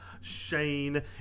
Shane